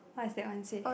what is that one say